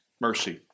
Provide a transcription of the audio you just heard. Mercy